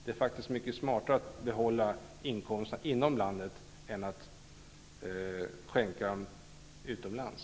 Det är faktiskt mycket smartare att behålla inkomsterna inom landet än att skänka dem utomlands.